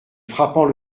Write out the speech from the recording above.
frappant